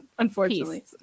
Unfortunately